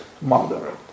moderate